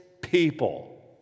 people